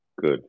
Good